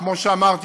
כמו שאמרתי,